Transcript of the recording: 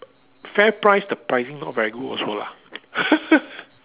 FairPrice the pricing not very good also lah